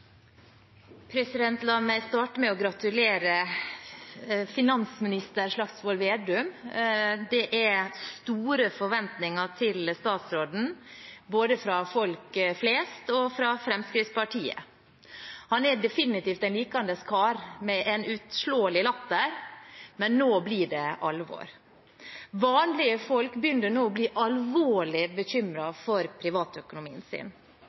store forventninger til statsråden både fra folk flest og fra Fremskrittspartiet. Han er definitivt en likandes kar, med en uslåelig latter, men nå blir det alvor. Vanlige folk begynner nå å bli alvorlig bekymret for privatøkonomien sin.